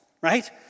right